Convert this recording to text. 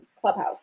Clubhouse